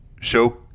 show